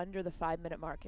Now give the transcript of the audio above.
under the five minute mark